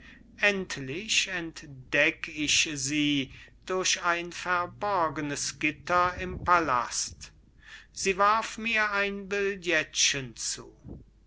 endlich entdeck ich sie durch ein verborgenes gitter im pallast sie warf mir ein billetchen zu